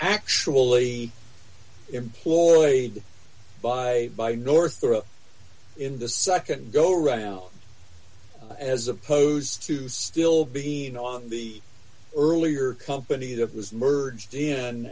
actually employed by northrop in the nd go round as opposed to still being on the earlier company that was merged in